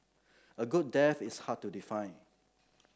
a good death is hard to define